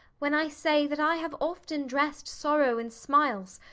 when i say, that i have often dressed sorrow in smiles,